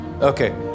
Okay